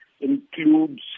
includes